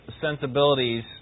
sensibilities